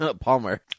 Palmer